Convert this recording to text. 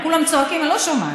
כולם צועקים, אני לא שומעת.